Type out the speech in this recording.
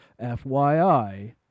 FYI